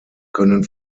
können